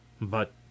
But